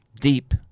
deep